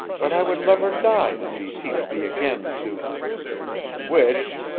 but i would lever die than beseech thee again to which,